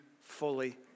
fully